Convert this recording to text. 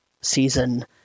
season